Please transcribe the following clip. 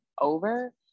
over